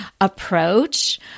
approach